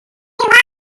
walk